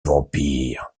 vampire